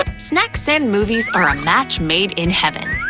snacks and movies are a match made in heaven.